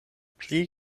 pli